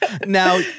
Now